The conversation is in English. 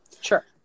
Sure